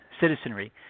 citizenry